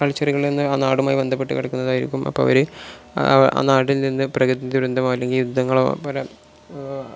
കൾച്ചറുകളിൽ നിന്ന് ആ നാടുമായി ബന്ധപ്പെട്ട് കിടക്കുന്നതായിരിക്കും അപ്പം അവർ ആ നാട്ടിൽ നിന്ന് പ്രകൃതി ദുരന്തം അല്ലെങ്കിൽ യുദ്ധങ്ങളോ പല